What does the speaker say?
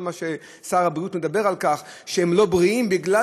ושר הבריאות מדבר על כך שהם לא בריאים בגלל